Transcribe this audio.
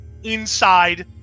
INSIDE